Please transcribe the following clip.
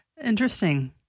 Interesting